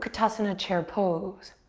utkatasana, chair pose.